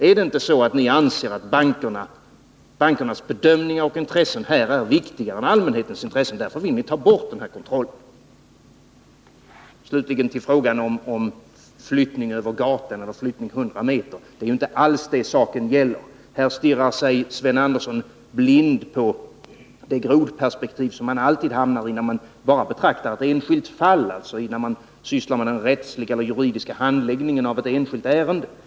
Är det inte så att ni anser att bankernas bedömningar och intressen är viktigare än allmänhetens intressen och att det är därför ni vill ta bort den här kontrollen? Slutligen till frågan om flyttning över gatan och flyttning 100 meter. Det är inte alls detta saken gäller. Här stirrar sig Sven Andersson blind på det grodperspektiv som man alltid hamnar i när man betraktar ett enskilt fall, när man sysslar med den rättsliga och juridiska handläggningen av ett enskilt ärende.